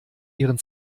ihren